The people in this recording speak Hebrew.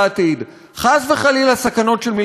חס וחלילה סכנות של מלחמה עתידית.